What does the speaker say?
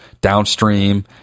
downstream